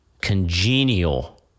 congenial